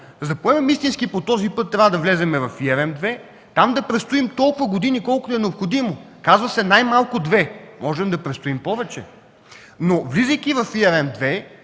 За да поемем истински по този път, трябва да влезем в „ERM ІІ”, там да предстоим толкова години, колкото е необходимо – казва се най-малко две, а можем да престоим повече, но влизайки в „ERM